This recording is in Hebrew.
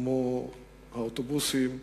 כמו אוטובוסים.